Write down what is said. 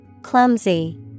Clumsy